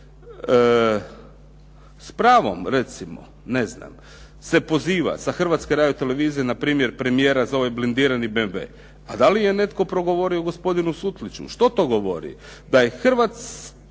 S pravom recimo se poziva sa Hrvatske radio-televizije premijera za ovaj blindirani BMW. A da li je netko progovori o gospodinu Sutliću? Što to govori? Da je Hrvatsku